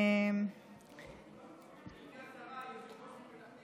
גברתי השרה, היושב-ראש